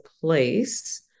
place